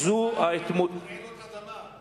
גם, הצעה על רעידת אדמה.